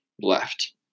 left